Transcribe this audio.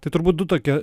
tai turbūt du tokie